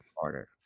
harder